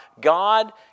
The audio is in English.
God